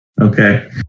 Okay